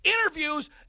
interviews